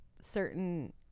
certain